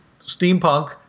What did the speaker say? steampunk